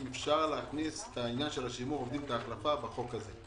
האם אפשר להכניס את עניין שימור העובדים בחוק הזה?